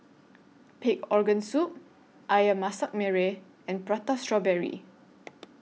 Pig Organ Soup Ayam Masak Merah and Prata Strawberry